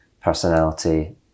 personality